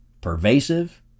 Pervasive